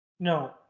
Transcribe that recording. No